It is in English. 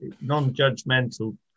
non-judgmental